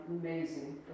amazing